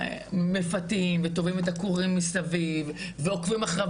מפתים וטווים את הקורים מסביב ועוקבים אחריו,